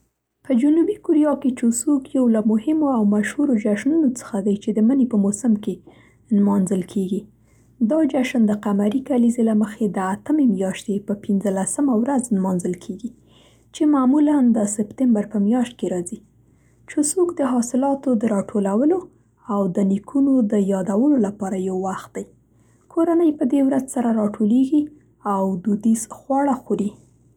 په جنوبي کوریا کې چوسوک یو له مهمو او مشهورو جشنونو څخه دی چې د مني په موسم کې نمانځل کیږي. دا جشن د قمري کلیزې له مخې د اتمې میاشتې په پنځلسمه ورځ نمانځل کیږي، چې معمولاً د سپتمبر په میاشت کې راځي. چوسوک د حاصلاتو د راټولولو او د نیکونو د یادولو لپاره یو وخت دی. کورنۍ په دې ورځ سره راټولیږي او دودیز خواړه خوري.